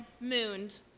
Mooned